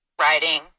writing